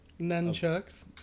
Nunchucks